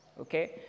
okay